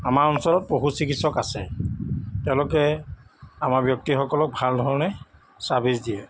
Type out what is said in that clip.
আমাৰ অঞ্চলত পশু চিকিৎসক আছে তেওঁলোকে আমাৰ ব্যক্তিসকলক ভাল ধৰণে ছাৰ্ভিচ দিয়ে